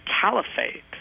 caliphate